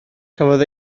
cafodd